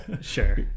Sure